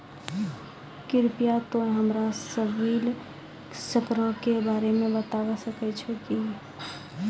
कृपया तोंय हमरा सिविल स्कोरो के बारे मे बताबै सकै छहो कि?